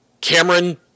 Cameron